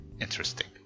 interesting